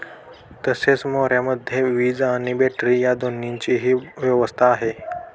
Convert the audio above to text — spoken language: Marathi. तसेच मोऱ्यामध्ये वीज आणि बॅटरी या दोन्हीची व्यवस्था आहे